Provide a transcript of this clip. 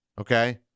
Okay